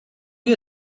you